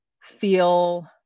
feel